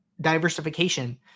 diversification